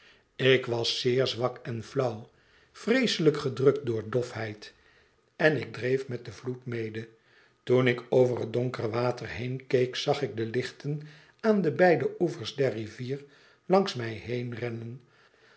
ik was zeer zwak en flauw vreeselijk gedrukt door dot heid en ik dreef met den vloed mede toen ik over het donkere water heen keek zag ik de lichten aan de beide oevers der rivier langs mij heen rennen